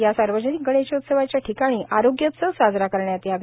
या सार्वजनिक गणेशोत्सवाच्या ठिकाणी आरोग्योत्सव साजरा करण्यात यावे